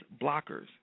blockers